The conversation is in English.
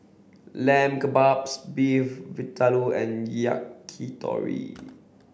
Lamb Kebabs Beef Vindaloo and Yakitori